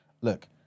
Look